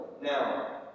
Now